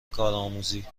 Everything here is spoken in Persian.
کارآموزی